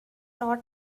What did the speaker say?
not